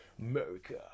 America